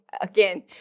again